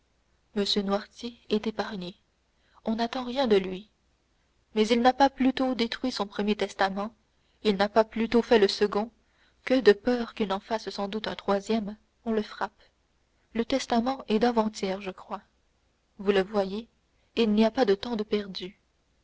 m noirtier est épargné on n'attend rien de lui mais il n'a pas plus tôt détruit son premier testament il n'a pas plus tôt fait le second que de peur qu'il n'en fasse sans doute un troisième on le frappe le testament est d'avant-hier je crois vous le voyez il n'y a pas de temps de perdu